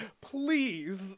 Please